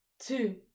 two